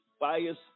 bias